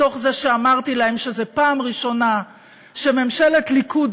מתוך זה שאמרתי להם שזה פעם ראשונה שממשלת ליכוד,